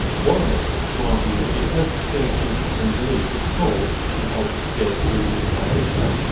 one myth is to argue that because the c o two that humans release is small compared to the c o two released by nature,